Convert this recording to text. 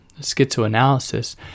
schizoanalysis